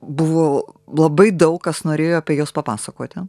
buvo labai daug kas norėjo apie juos papasakoti